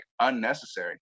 unnecessary